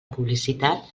publicitat